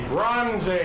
Bronze